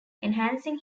enhancing